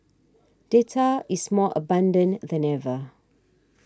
data is more abundant than ever